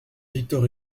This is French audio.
victor